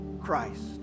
Christ